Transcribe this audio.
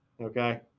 okay